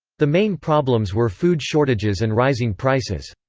the main problems were food shortages and rising prices.